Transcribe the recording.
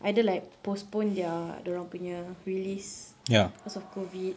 either like postpone their dorang punya release because of COVID